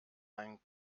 ein